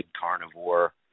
carnivore